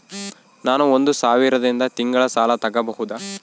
ನಾನು ಒಂದು ಸಾವಿರದಿಂದ ತಿಂಗಳ ಸಾಲ ತಗಬಹುದಾ?